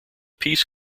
piece